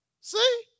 see